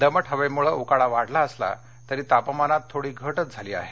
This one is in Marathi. दमट हवेमुळे उकाडा वाढला असला तरी तापमानात थोडी घटच झाली आहे